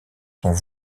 sont